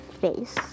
face